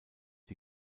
die